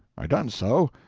i done so,